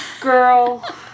girl